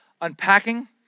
unpacking